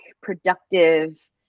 productive